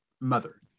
mother